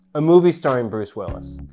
a movie starring bruce willis.